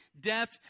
death